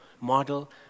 model